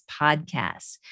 podcasts